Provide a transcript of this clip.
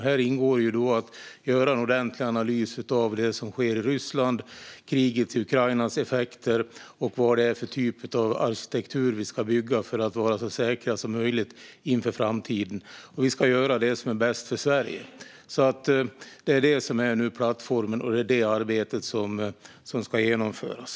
Här ingår ju att göra en ordentlig analys av det som sker i Ryssland, effekterna av kriget i Ukraina och vad det är för typ av arkitektur vi ska bygga för att vara så säkra som möjligt inför framtiden. Vi ska göra det som är bäst för Sverige. Det är detta som är plattformen, och det är det arbetet som ska genomföras.